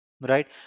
right